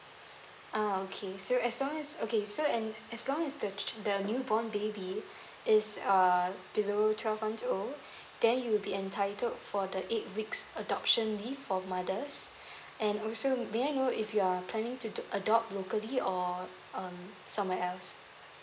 ah okay so as long as okay so and as long as the the new born baby is uh below twelve months old then you'll be entitled for the eight weeks adoption leave for mothers and also may I know if you're planning to adopt locally or um somewhere else